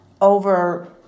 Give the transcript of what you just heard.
over